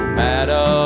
matter